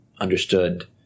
understood